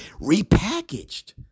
repackaged